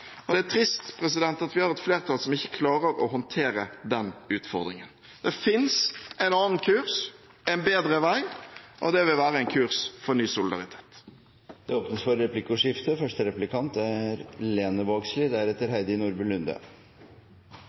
nå. Det er trist at vi har et flertall som ikke klarer å håndtere den utfordringen. Det fins en annen kurs, en bedre vei, og det vil være en kurs for ny solidaritet. Det åpnes for replikkordskifte. Statsbudsjettet er